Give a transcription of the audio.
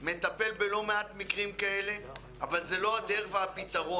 מטפל בלא מעט מקרים כאלה, אבל זה לא הדרך והפתרון.